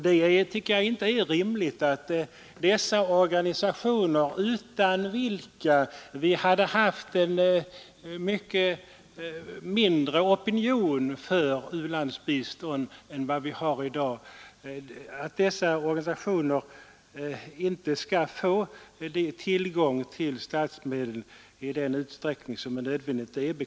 Jag tycker inte att det är rimligt att dessa organisationer, utan vilka vi hade haft en mycket mindre opinion för u-landsbistånd än vad vi har i dag, inte skall få tillgång till statsmedel i den utsträckning som är nödvändig.